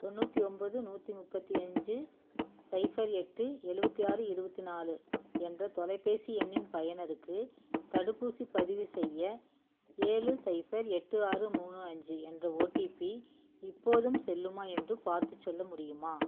தொண்ணூற்றி ஒம்பது நூற்றி முப்பத்து அஞ்சு சைஃபர் எட்டு எலுபத்தி ஆறு இருபத்தி நாலு என்ற தொலைபேசி எண்ணின் பயனருக்கு தடுப்பூசி பதிவு செய்ய ஏழு சைஃபர் எட்டு ஆறு மூணு அஞ்சு என்ற ஓடிபி இப்போதும் செல்லுமா என்று பார்த்துச் சொல்ல முடியுமா